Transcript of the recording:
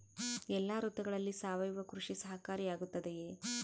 ಎಲ್ಲ ಋತುಗಳಲ್ಲಿ ಸಾವಯವ ಕೃಷಿ ಸಹಕಾರಿಯಾಗಿರುತ್ತದೆಯೇ?